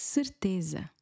Certeza